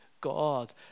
God